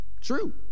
True